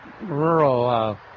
rural